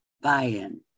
buy-in